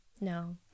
No